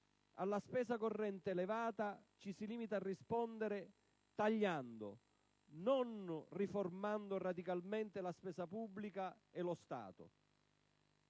alla spesa corrente elevata ci si limita a rispondere tagliando, non riformando radicalmente la spesa pubblica e lo Stato.